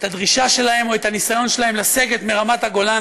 את הדרישה שלהם או את הניסיון שלהם לסגת מרמת הגולן,